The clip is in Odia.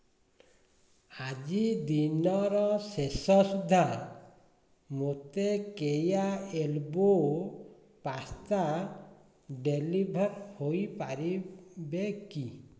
ଆଜିଦିନର ଶେଷ ସୁଦ୍ଧା ମୋତେ କେୟା ଏଲ୍ବୋ ପାସ୍ତା ଡେଲିଭର୍ ହୋଇ ପାରିବେ କି